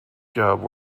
job